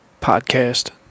podcast